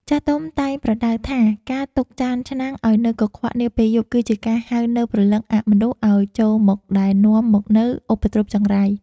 ចាស់ទុំតែងប្រដៅថាការទុកចានឆ្នាំងឱ្យនៅកខ្វក់នាពេលយប់ គឺជាការហៅនូវព្រលឹងអមនុស្សឱ្យចូលមកដែលនាំមកនូវឧបទ្រពចង្រៃ។